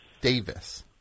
Davis